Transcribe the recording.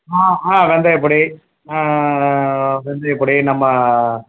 ஆ ஆ வெந்தயப் பொடி ஆ வெந்தயப் பொடி நம்ம